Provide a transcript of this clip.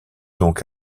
donc